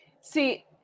See